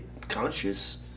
conscious